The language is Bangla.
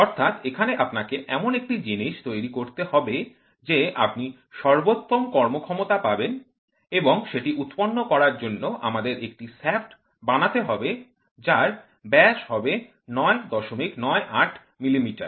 অর্থাৎ এখানে আপনাকে এমন একটি জিনিস তৈরি করতে হবে যে আপনি সর্বোত্তম কর্মক্ষমতা পাবেন এবং সেটি উৎপন্ন করার জন্য আমাদের একটি শ্যাফ্ট বানাতে হবে যার ব্যাসে হবে ৯৯৮ মিলিমিটার